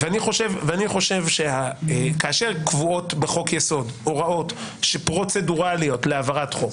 אני חושב שכאשר קבועות בחוק יסוד הוראות פרוצדורליות להעברת חוק,